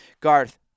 Garth